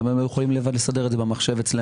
למה הם לא יכולים לסדר את זה במחשב אצלם?